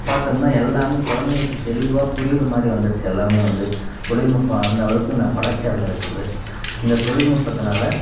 பார்த்தோம்னா எல்லாமே குழந்தைங்களுக்கு தெளிவாக புரியுற மாதிரி வந்துடுச்சு எல்லாமே வந்து தொழில் நுட்பம் அந்தளவுக்கு வளர்ச்சி அடைஞ்சிருக்குது இந்த தொழில் நுட்பத்தினால